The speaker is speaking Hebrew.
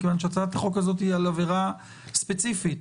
מכיוון שהיא על עבירה ספציפית,